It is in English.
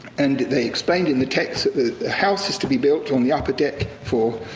and they explained in the text that the house is to be built on the upper deck for